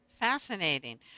Fascinating